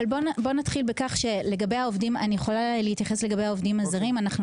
אני יכולה להתייחס לגבי העובדים הזרים; אנחנו